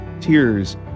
Tears